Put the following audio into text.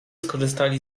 skorzystali